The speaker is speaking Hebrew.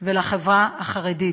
ולחברה החרדית.